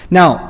now